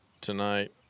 tonight